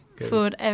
Food